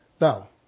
Now